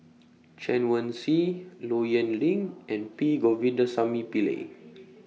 Chen Wen Hsi Low Yen Ling and P Govindasamy Pillai